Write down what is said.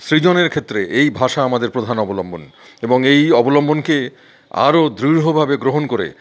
সৃজনের ক্ষেত্রে এই ভাষা আমাদের প্রধান অবলম্বন এবং এই অবলম্বনকে আরও দৃঢ়ভাবে গ্রহণ করে